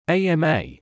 AMA